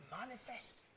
manifest